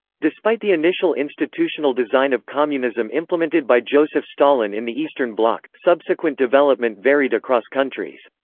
despite the initial institutional design of communism implemented by joseph stalin in the eastern bloc, subsequent development varied across countries.